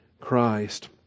Christ